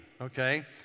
okay